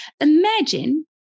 imagine